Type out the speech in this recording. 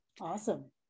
Awesome